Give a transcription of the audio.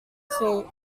feet